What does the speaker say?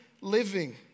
living